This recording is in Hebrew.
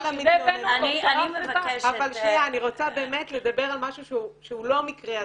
--- אני רוצה לדבר על משהו שהוא לא המקרה הזה,